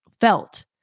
felt